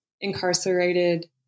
incarcerated